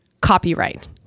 copyright